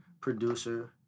producer